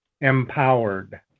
empowered